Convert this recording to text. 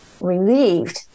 relieved